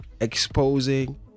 exposing